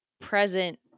present